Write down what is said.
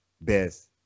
best